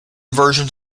versions